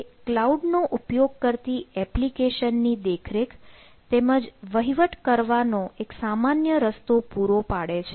તે ક્લાઉડ નો ઉપયોગ કરતી એપ્લિકેશન ની દેખરેખ તેમજ વહીવટ કરવાનો એક સામાન્ય રસ્તો પૂરો પાડે છે